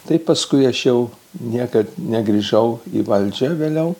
tai paskui aš jau niekad negrįžau į valdžią vėliau